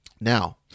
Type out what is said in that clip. now